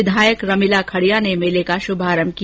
विधायक रमिला खडिया ने मेले का शुभारंभ किया